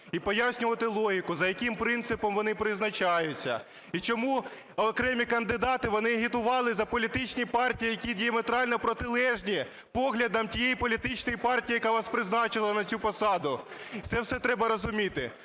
і пояснювати логіку, за яким принципом вони призначаються, і чому окремі кандидати, вони агітували за політичні партії, які діаметрально протилежні поглядам тієї політичної партії, яка вас призначила на цю посаду. Це все треба розуміти.